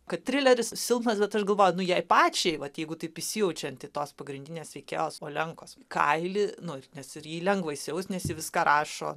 kad trileris silpnas bet aš galvoju nu jai pačiai vat jeigu taip įsijaučiant į tos pagrindinės veikėjos olenkos kailį nu nes ir į jį lengva įsijaust nes ji viską rašo